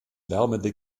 lärmende